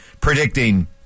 predicting